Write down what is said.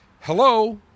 hello